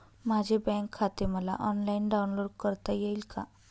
माझे बँक खाते मला ऑनलाईन डाउनलोड करता येईल का?